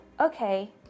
okay